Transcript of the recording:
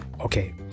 Okay